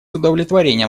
удовлетворением